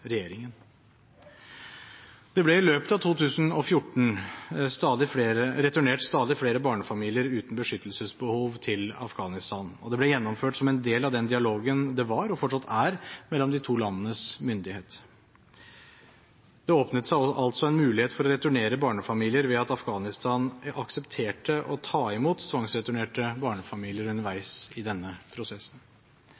ble i løpet av 2014 returnert stadig flere barnefamilier uten beskyttelsesbehov til Afghanistan, og det ble gjennomført som en del av den dialogen det var, og fortsatt er, mellom de to landenes myndigheter. Det åpnet seg altså en mulighet for å returnere barnefamilier ved at Afghanistan aksepterte å ta imot tvangsreturnerte barnefamilier underveis i denne prosessen.